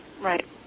Right